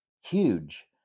huge